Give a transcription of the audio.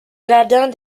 jardins